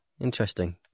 interesting